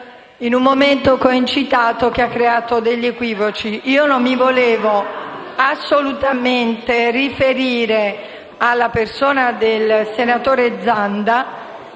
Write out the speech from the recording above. in un momento concitato, che ha creato equivoci. Non mi volevo assolutamente riferire alla persona del senatore Zanda